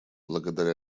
благодаря